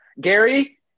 Gary